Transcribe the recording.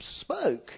spoke